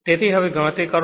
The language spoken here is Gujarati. તેથી હવે ગણતરી કરો